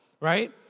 right